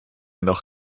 noch